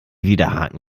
widerhaken